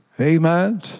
amen